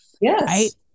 Yes